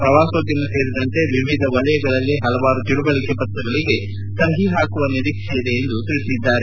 ಪ್ರವಾಸೋದ್ಯಮ ಸೇರಿದಂತೆ ವಿವಿಧ ಕ್ಷೇತ್ರಗಳಲ್ಲಿ ಹಲವಾರು ತಿಳಿವಳಿಕೆ ಪತ್ರಗಳಿಗೆ ಸಹಿ ಹಾಕುವ ನಿರೀಕ್ಷೆ ಇದೆ ಎಂದು ಹೇಳಿದರು